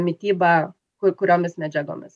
mitybą kai kuriomis medžiagomis